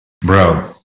Bro